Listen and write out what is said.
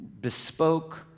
bespoke